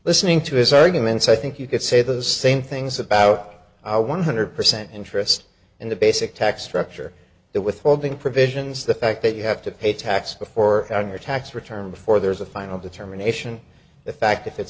listening to his arguments i think you could say the same things about our one hundred percent interest in the basic text rupture that withholding provisions the fact that you have to pay tax before on your tax return before there's a final determination the fact if it